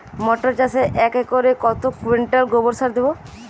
মটর চাষে একরে কত কুইন্টাল গোবরসার দেবো?